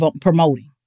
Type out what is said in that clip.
promoting